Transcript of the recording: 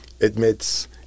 admits